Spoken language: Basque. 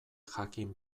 jakin